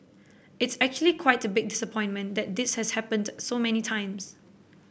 it's actually quite a big disappointment that this has happened so many times